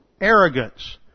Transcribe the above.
Arrogance